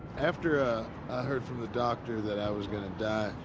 after ah heard from the doctor that i was going to die,